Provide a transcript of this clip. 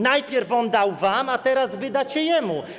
Najpierw on dał wam, a teraz wy dacie jemu.